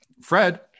Fred